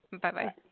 Bye-bye